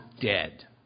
dead